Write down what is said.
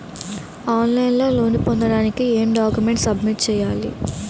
On line లో loan పొందటానికి ఎం డాక్యుమెంట్స్ సబ్మిట్ చేయాలి?